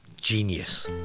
genius